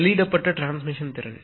வெளியிடப்பட்ட டிரான்ஸ்மிஷன் திறன்